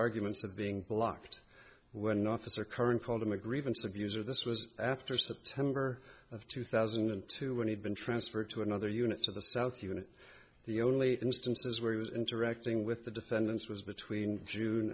arguments of being blocked when an officer current called him a grievance abuser this was after september of two thousand and two when he'd been transferred to another unit to the south unit the only instances where he was interacting with the defendants was between june